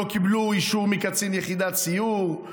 לא קיבלו אישור מקצין יחידת סיור,